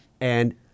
and-